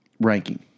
Ranking